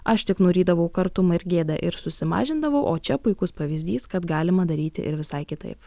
aš tik nurydavau kartumą ir gėdą ir susimažindavau o čia puikus pavyzdys kad galima daryti ir visai kitaip